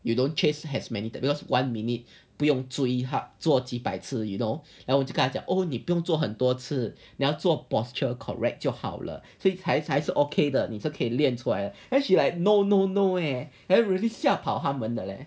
you don't chase has many because one minute 不用追哈做几百次 you know then 我就跟他讲你不用做很多次了做 posture correct 就好了所以才才是 okay 的你是可以练出来 then she like actually like no no no it's really 吓跑它们的咧